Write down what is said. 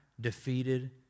defeated